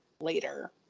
later